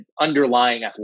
underlying